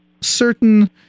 certain